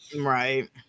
right